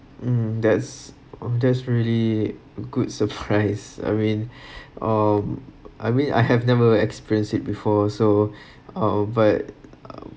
mm that's that's really good surprise I mean um I mean I have never experience it before so uh but